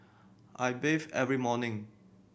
I bathe every morning